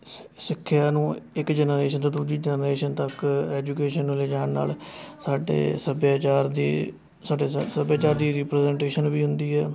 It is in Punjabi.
ਸ ਸਿੱਖਿਆ ਨੂੰ ਇੱਕ ਜਨਰੇਸ਼ਨ ਤੋਂ ਦੂਜੀ ਜਨਰੇਸ਼ਨ ਤੱਕ ਐਜੂਕੇਸ਼ਨ ਨੂੰ ਲੈ ਜਾਣ ਨਾਲ਼ ਸਾਡੇ ਸੱਭਿਆਚਾਰ ਦੀ ਸਾਡੇ ਸੱਭਿਆਚਾਰ ਦੀ ਰਿਪਰਜ਼ੈਂਟੇਸ਼ਨ ਵੀ ਹੁੰਦੀ ਹੈ